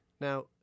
Now